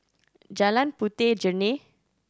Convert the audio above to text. Jalan Puteh Jerneh